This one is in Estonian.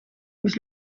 mis